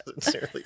Sincerely